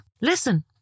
Listen